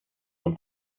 und